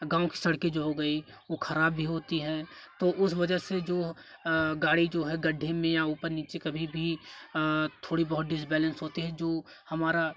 गाँव की सड़कें जो हो गई वह खराब भी होती हैं तो उसे वजह से जो गाड़ी है जो गड्ढे में या ऊपर नीचे कभी भी थोड़ी बहुत डिसबैलेंस होते हैं जो हमारा